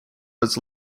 was